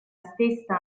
stessa